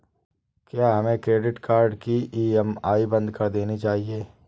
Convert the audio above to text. क्या हमें credit card की ई.एम.आई बंद कर देनी चाहिए?